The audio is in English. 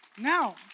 Now